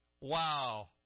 Wow